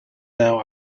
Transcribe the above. now